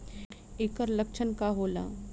ऐकर लक्षण का होला?